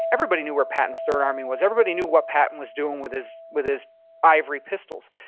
everybody knew where patton's third army was. everybody knew what patton was doing with his with his ivory pistols.